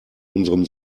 unserem